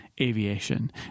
aviation